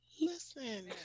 Listen